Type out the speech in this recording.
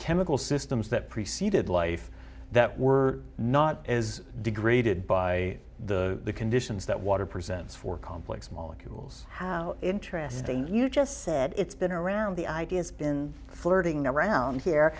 chemical systems that preceded life that were not as degraded by the conditions that water presents for complex molecules how interesting you just said it's been around the ideas been flirting around